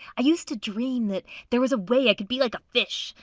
i used to dream that there was a way i could be like a fish.